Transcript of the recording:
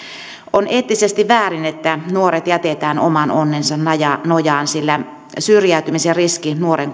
on eettisesti väärin että nuoret jätetään oman onnensa nojaan sillä syrjäytymisen riski nuoren